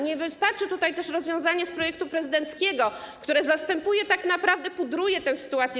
Nie wystarczy tutaj też rozwiązanie z projektu prezydenckiego, które tylko zastępuje tak naprawdę, pudruje tę sytuację.